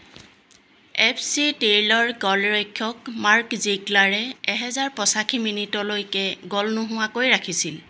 F C টিৰলৰ গ'লৰক্ষক Mark জিগলাৰে এহেজাৰ পঁচাশী মিনিটলৈকে গ'ল নোহোৱাকৈ ৰাখিছিল